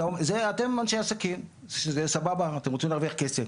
אתם אנשי עסקים, שזה סבבה אתם רוצים להרוויח כסף.